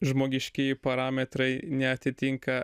žmogiškieji parametrai neatitinka